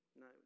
no